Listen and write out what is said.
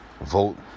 Vote